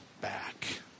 back